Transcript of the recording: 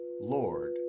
Lord